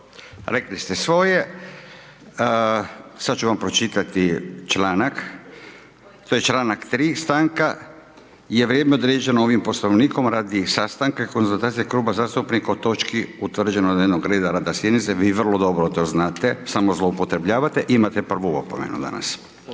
rekli ste svoje. Sad ću vam pročitati članak, to je članak 3: Stanka je vrijeme određeno ovim Poslovnikom radi sastanka i konzultacije kluba zastupnika o točki utvrđenog dnevnog reda rada sjednice. Vi vrlo dobro to znate, samo zloupotrebljavate, imate prvu opomenu danas.